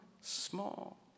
small